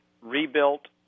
rebuilt